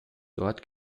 dort